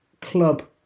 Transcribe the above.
club